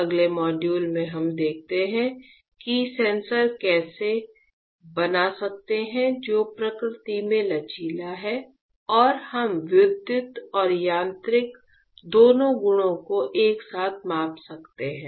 अगले मॉड्यूल में हम देखते हैं कि सेंसर कैसे बना सकते हैं जो प्रकृति में लचीला है और हम विद्युत और यांत्रिक दोनों गुणों को एक साथ माप सकते हैं